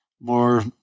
more